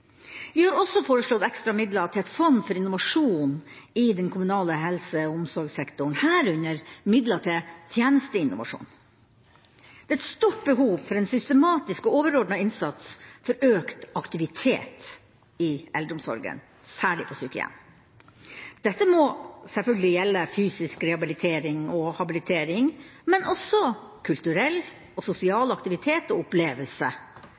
Vi har også foreslått ekstra midler til et fond for innovasjon i den kommunale helse- og omsorgssektoren, herunder midler til tjenesteinnovasjon. Det er et stort behov for en systematisk og overordnet innsats for økt aktivitet i eldreomsorgen, særlig på sykehjem. Dette må selvfølgelig gjelde fysisk rehabilitering og habilitering, men også kulturelle og sosiale aktiviteter og